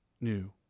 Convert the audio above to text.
new